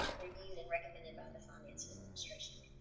reviewed and recommended by the finance administration.